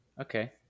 Okay